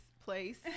place